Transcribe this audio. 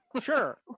sure